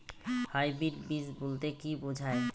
Hybrid বীজ বলতে কী বোঝায়?